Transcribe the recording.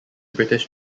british